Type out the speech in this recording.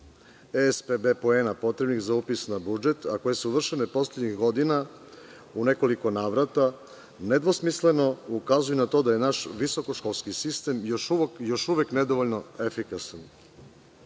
ESPB poena potrebnih za upis na budžet, a koje su vršene poslednjih godina u nekoliko navrata, nedvosmisleno ukazuju na to da je naš visokoškolski sistem još uvek nedovoljno efikasan.